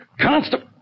Constable